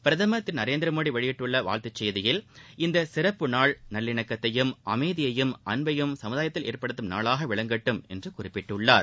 பிரதம் திரு நரேந்திரமோடி வெளியிட்டுள்ள வாழ்த்துச் செய்தியில் இந்த சிறப்பு நாள் நல்லிணக்கத்தையும் அமைதியையும் அன்பையும் சமுதாயத்தில் ஏற்படுத்தும் நாளாக விளங்கட்டும் என்று குறிப்பிட்டுள்ளார்